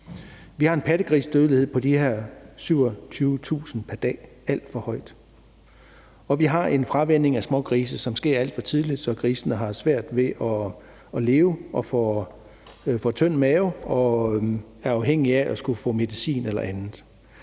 Vi har en pattegrisedødelighed på de her 27.000 pr. dag – et alt for højt tal. Og vi har en fravænning af smågrisene, som sker alt for tidligt, så grisene har svært ved at leve og får tynd mave og er afhængige af at skulle have medicin eller andet.